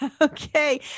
Okay